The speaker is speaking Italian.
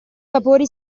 vapori